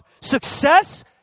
success